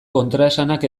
kontraesanak